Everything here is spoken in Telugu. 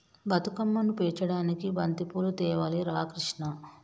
బతుకమ్మను పేర్చడానికి బంతిపూలు తేవాలి రా కిష్ణ